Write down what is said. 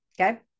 okay